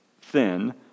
thin